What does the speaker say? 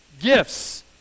gifts